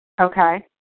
Okay